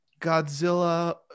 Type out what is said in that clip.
godzilla